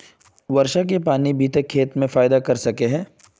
वर्षा के पानी भी ते खेत में फायदा कर सके है?